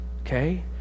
okay